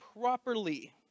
properly